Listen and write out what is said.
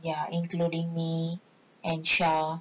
ya including me and chia